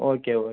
okay okay